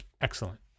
excellent